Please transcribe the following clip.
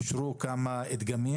אושרו כמה דגמים.